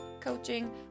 coaching